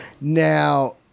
Now